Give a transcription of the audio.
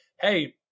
hey